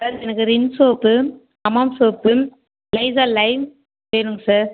sir எனக்கு Rin soap Hamam soap Lysol lime வேணும் sir